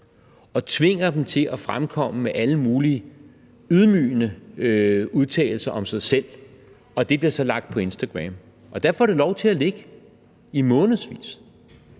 og tvinger dem til at fremkomme med alle mulige ydmygende udtalelser om sig selv, og det bliver så lagt på Instagram, og der får det lov til at ligge i månedsvis.